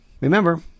Remember